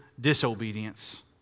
disobedience